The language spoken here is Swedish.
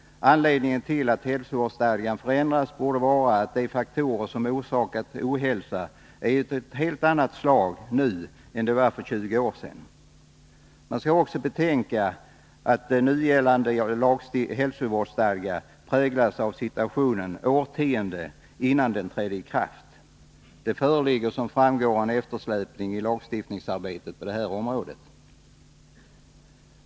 Anledning till att hälsovårdsstadgan förändras borde vara att de faktorer som orsakar ohälsa är av helt annat slag nu än de var för 20 år sedan. Man skall också betänka att nu gällande hälsovårdsstadga präglas av situationen årtionden innan den trädde i kraft. Det föreligger som framgår ofta eftersläpning i lagstiftningsarbetet på det här området.